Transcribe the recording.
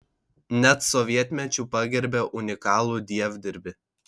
net sovietmečiu pagerbė unikalų dievdirbį